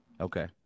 Okay